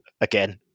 again